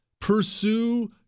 pursue